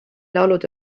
laulud